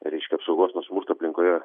reiškia apsaugos nuo smurto aplinkoje